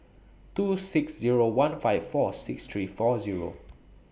two six Zero one five four six three four Zero